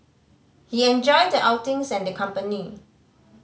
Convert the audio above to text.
he enjoyed the outings and the company